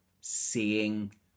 seeing